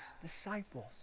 disciples